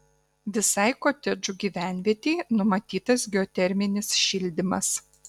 visai kotedžų gyvenvietei numatytas geoterminis šildymas